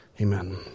Amen